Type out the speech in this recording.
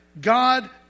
God